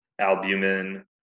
albumin